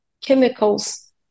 chemicals